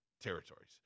territories